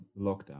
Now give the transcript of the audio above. lockdown